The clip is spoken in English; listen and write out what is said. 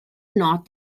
not